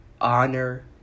honor